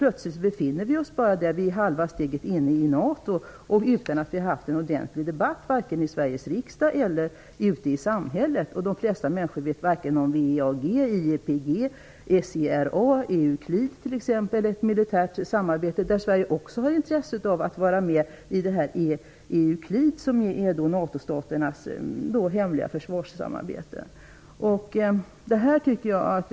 Plötsligt kan vi befinna oss halvvägs inne i NATO utan att en ordentlig debatt har förts vare sig i Sveriges riksdag eller ute i samhället. De flesta människor känner inte till vare sig WEAG, IEPG, SERA eller exempelvis EUCLID -- NATO-staternas hemliga militära samarbetsorgan -- som Sverige också har ett intresse av att vara med i.